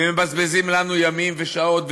ומבזבזים לנו ימים ושעות.